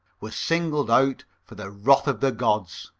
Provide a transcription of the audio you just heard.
was singled out for the wrath of the gods.